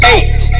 Eight